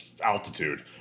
altitude